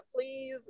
Please